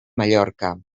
mallorca